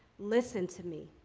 listen to me,